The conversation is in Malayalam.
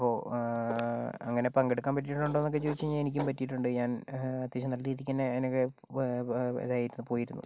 അപ്പം അങ്ങനെ പങ്കെടുക്കാൻ പറ്റിയിട്ടുണ്ടോ എന്ന് ചോദിച്ച് കഴിഞ്ഞാൽ എനിക്കും പറ്റിയിട്ടുണ്ട് ഞാൻ അത്യാവശ്യം നല്ല രീതിക്ക് തന്നെ എനിക്ക് ഇതായിരുന്നു പോയിരുന്നു